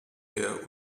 der